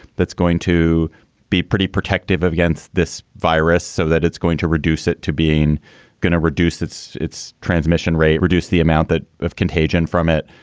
that's going to be pretty protective against this virus so that it's going to reduce it to being going to reduce its its transmission rate, reduce the amount that contagion from it.